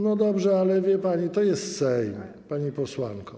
No dobrze, ale wie pani, to jest Sejm, pani posłanko.